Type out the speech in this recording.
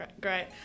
great